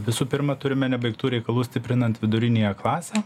visų pirma turime nebaigtų reikalų stiprinant viduriniąją klasę